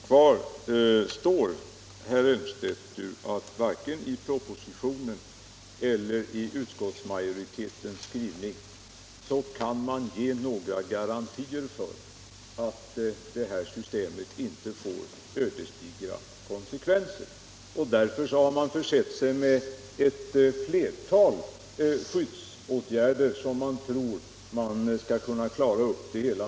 Herr talman! Kvar står, herr Elmstedt, att man varken i propositionen eller i utskottsmajoritetens skrivning kan ge några garantier för att det här systemet inte får ödesdigra konsekvenser. Därför har man föreslagit flera skyddsåtgärder, med vilkas hjälp man tror att man skall klara upp det hela.